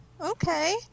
okay